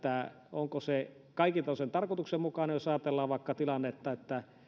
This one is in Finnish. onko se kaikilta osin tarkoituksenmukaista jos ajatellaan vaikka tilannetta että